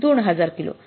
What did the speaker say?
२००० kilo